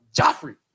Joffrey